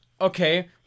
Okay